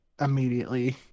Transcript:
immediately